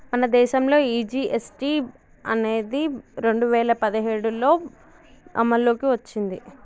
మన దేసంలో ఈ జీ.ఎస్.టి అనేది రెండు వేల పదిఏడులో అమల్లోకి ఓచ్చింది